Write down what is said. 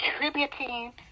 contributing